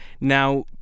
Now